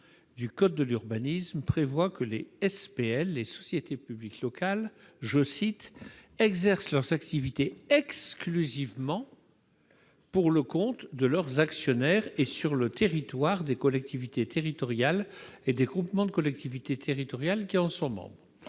du code de l'urbanisme prévoient que les sociétés publiques locales « exercent leurs activités exclusivement pour le compte de leurs actionnaires et sur le territoire des collectivités territoriales et des groupements de collectivités territoriales qui en sont membres ».